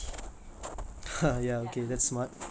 just thanni ஊத்தி:thanni oothi make it into a ball